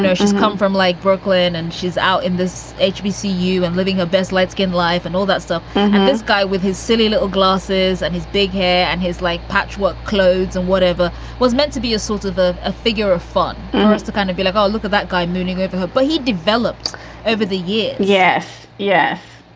she's come from like brooklyn and she's out in this hbc you and living a best light skin life and all that stuff. and this guy with his silly little glasses and his big hair and his, like, patchwork clothes and whatever was meant to be a sort of ah a figure of fun to kind of be like, oh, look at that guy mooning over her. but he developed over the year yes. yes.